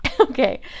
Okay